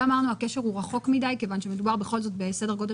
כאן אמרנו שהקשר הוא רחוק מדי כיוון שמדובר בכל זאת בסדר גודל